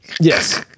Yes